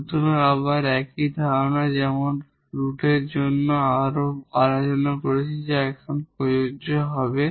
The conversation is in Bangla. সুতরাং আবার একই ধারণা যেমন আমরা বাস্তব রুটের জন্য আরও আলোচনা করেছি যা এখন প্রযোজ্য হবে